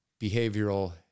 behavioral